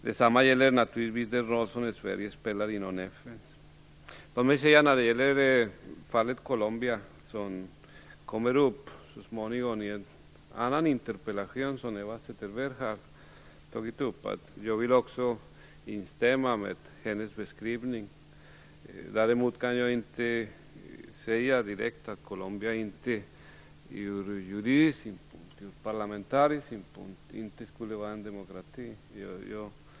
Detsamma gäller den roll som Sverige spelar inom Fallet Colombia kommer så småningom att tas upp i en annan interpellation från Eva Zetterberg. Jag vill instämma i hennes beskrivning. Däremot kan jag inte direkt säga att Colombia ur juridisk synpunkt och ur parlamentarisk synpunkt inte skulle vara en demokrati.